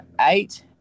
eight